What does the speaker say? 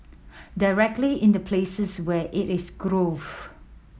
directly in the places where it is grown